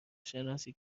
شناسی